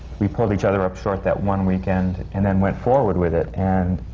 we pulled each other up short that one weekend, and then went forward with it. and